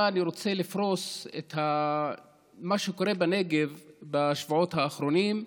אני רוצה לפרוס את מה שקורה בנגב בשבועות האחרונים.